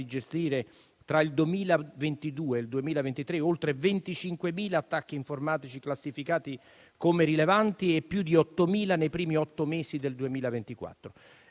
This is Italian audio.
gestire tra il 2022 e il 2023 oltre 25.000 attacchi informatici classificati come rilevanti e più di 8.000 nei primi otto mesi del 2024,